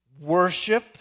worship